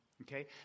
Okay